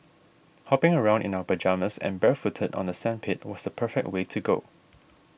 hopping around in our pyjamas and barefooted on the sandpit was the perfect way to go